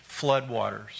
floodwaters